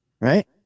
Right